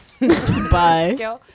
bye